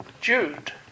Jude